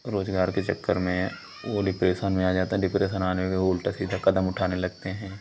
रोज़गार के चक्कर में वह डिप्रेसन में आ जाता है डिप्रेसन आने में वह उल्टा सीधा क़दम उठाने लगते हैं